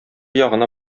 ягына